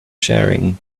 sharing